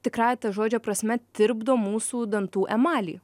tikrąja ta žodžio prasme tirpdo mūsų dantų emalį